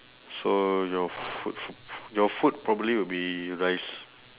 so your food f~ your food probably would be rice